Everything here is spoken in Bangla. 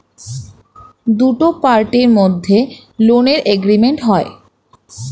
দুটো পার্টির মধ্যে লোনের এগ্রিমেন্ট হয়